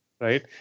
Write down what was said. right